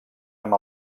amb